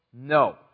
No